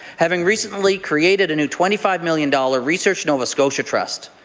having recently created a new twenty five million dollars research nova scotia trust.